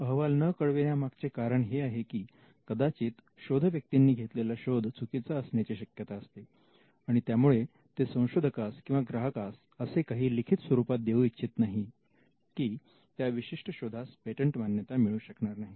असा अहवाल न कळविण्या मागचे कारण हे आहे की कदाचित शोधव्यक्तींनी घेतलेला शोध चुकीचा असण्याची शक्यता असते आणि त्यामुळे ते संशोधकास किंवा ग्राहकास असे काही लिखित स्वरूपात देऊ इच्छित नाहीत की त्या विशिष्ट शोधास पेटंट मान्यता मिळू शकणार नाही